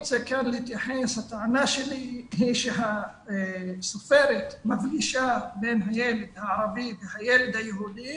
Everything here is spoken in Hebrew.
הטענה שלי היא שהסופרת מפגישה בין הילד הערבי והילד היהודי